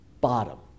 bottom